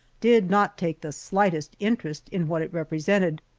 did not take the slightest interest in what it represented.